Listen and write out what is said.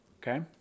Okay